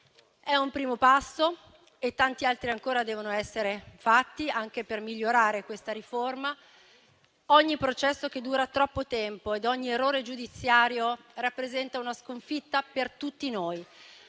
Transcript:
È un primo passo e tanti altri ancora devono essere fatti anche per migliorare questa riforma. Ogni processo che dura troppo tempo e ogni errore giudiziario rappresentano una sconfitta per tutti noi,